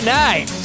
night